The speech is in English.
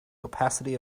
opacity